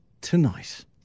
tonight